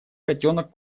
котенок